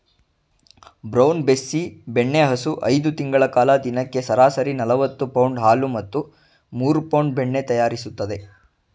brown Bessie ಬೆಣ್ಣೆಹಸು ಐದು ತಿಂಗಳ ಕಾಲ ದಿನಕ್ಕೆ ಸರಾಸರಿ ನಲವತ್ತು ಪೌಂಡ್ ಹಾಲು ಮತ್ತು ಮೂರು ಪೌಂಡ್ ಬೆಣ್ಣೆ ತಯಾರಿಸ್ತದೆ